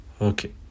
Okay